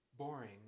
Boring